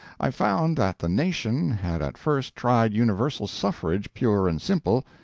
i found that the nation had at first tried universal suffrage pure and simple,